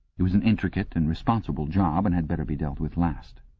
it was an intricate and responsible job and had better be dealt with last.